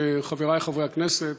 חברי חברי הכנסת,